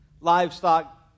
Livestock